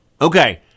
Okay